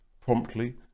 promptly